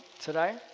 today